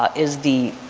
ah is the,